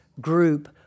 group